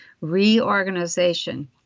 reorganization